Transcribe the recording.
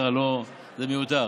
זה מיותר.